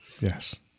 Yes